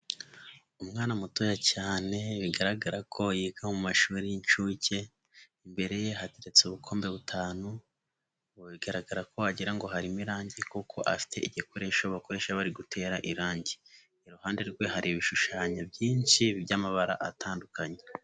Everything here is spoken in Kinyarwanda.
Umwana mutoya cyane, bigaragara ko yiga mu mashuri y'incuke, imbere ye hateretse ubukombe butanu, mu bigaragara ko wagira ngo harimo irangi kuko afite igikoresho bakoresha bari gutera irangi, iruhande rwe hari ibishushanyo byinshi by'amabara atandukanye.